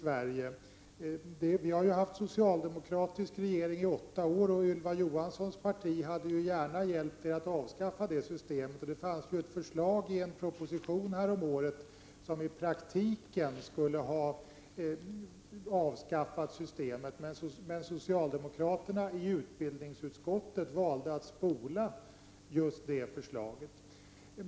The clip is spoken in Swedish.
Vi har haft socialdemokratisk regering i åtta år, och Ylva Johanssons parti hade ju gärna hjälpt er att avskaffa det systemet — det fanns ett förslag i en proposition häromåret som i praktiken skulle ha avskaffat systemet, men socialdemokraterna i utbildningsutskottet valde att spola just det förslaget.